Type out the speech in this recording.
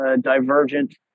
divergent